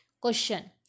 Question